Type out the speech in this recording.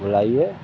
बुलाइए